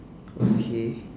okay